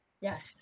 Yes